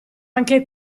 anche